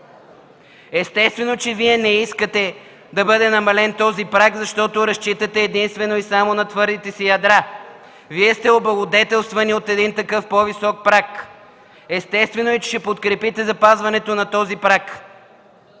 Естествено, че Вие не искате да бъде намален този праг, защото разчитате единствено и само на твърдите си ядра. Вие сте облагодетелствани от един такъв по-висок праг. Естествено е, че ще подкрепите запазването на този праг,